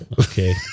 okay